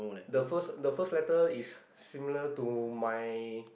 the first the first letter is similar to my